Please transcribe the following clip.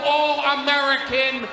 All-American